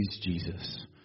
Jesus